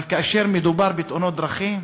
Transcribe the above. אבל כאשר מדובר בתאונות דרכים,